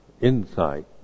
insight